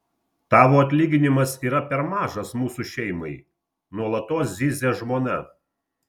tavo atlyginimas yra per mažas mūsų šeimai nuolatos zyzia žmona